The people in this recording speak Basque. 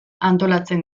antolatzen